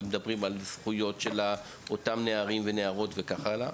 על זכויות של אותם נערים ונערות וכך האלה.